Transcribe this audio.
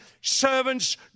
servants